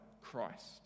Christ